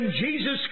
Jesus